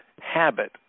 habit